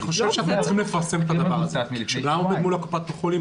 אתם צריכים לפרסם את זה כי כשאדם עומד מול קופת החולים,